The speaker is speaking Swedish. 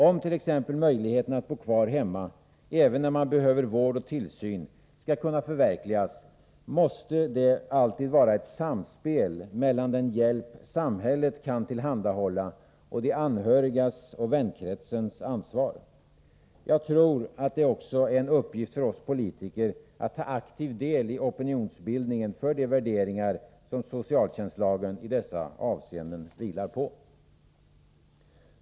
Om t.ex. möjligheten att bo kvar hemma, även när man behöver vård och tillsyn, skall kunna förverkligas måste det alltid vara ett samspel mellan den hjälp samhället kan tillhandahålla och de anhörigas och vänkretsens ansvar. Jag tror att det också är en uppgift för oss politiker att ta aktiv del i opinionsbildningen för de värderingar som socialtjänstlagen i dessa avseenden vilar på.